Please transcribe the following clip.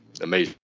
amazing